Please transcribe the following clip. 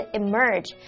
emerge